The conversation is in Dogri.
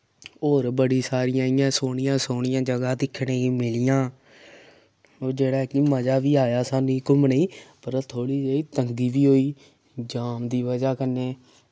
और बड़ी सारियां इयां सोह्नियां सोह्नियां जगह्ं दिक्खने गी मिलियां ओह् जेह्ड़ा कि मजा बी आया साह्नूं घुम्मने पर थोह्ड़ा देही तंगी बी होई जाम दी वजह् कन्नै